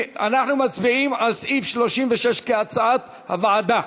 אנחנו מצביעים על סעיף 36 כהצעת הוועדה.